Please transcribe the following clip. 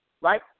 right